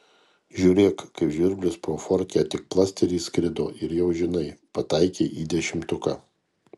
žiūrėk kaip žvirblis pro fortkę tik plast ir įskrido ir jau žinai pataikei į dešimtuką